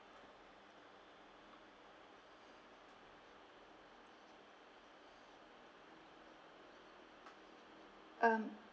um